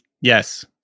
Yes